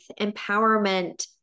empowerment